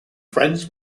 friends